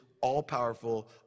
all-powerful